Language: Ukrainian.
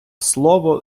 слово